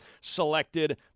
selected